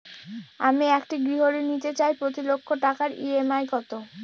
আমি একটি গৃহঋণ নিতে চাই প্রতি লক্ষ টাকার ই.এম.আই কত?